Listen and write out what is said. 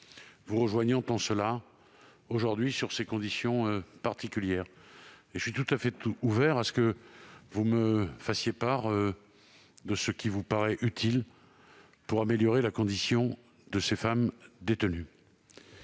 vous rejoignant ainsi, sur ces situations si particulières, et je suis tout à fait ouvert à ce que vous me fassiez part de ce qui vous paraît utile pour améliorer la condition de ces femmes détenues.